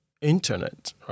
Internet